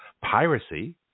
Piracy